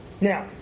Now